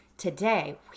Today